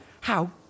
How